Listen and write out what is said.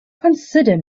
consider